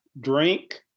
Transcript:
drink